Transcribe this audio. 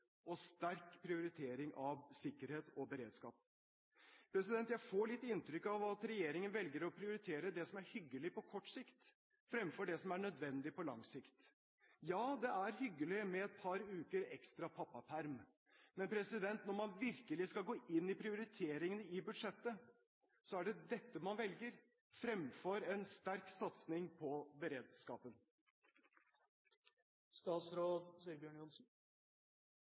og sterk prioritering av sikkerhet og beredskap. Jeg får litt inntrykk av at regjeringen velger å prioritere det som er hyggelig på kort sikt, fremfor det som er nødvendig på lang sikt. Ja, det er hyggelig med et par uker ekstra pappaperm, men når man virkelig skal gå inn i prioriteringene i budsjettet, er det dette man velger, fremfor en sterk satsing på beredskapen. Statsråd Sigbjørn Johnsen.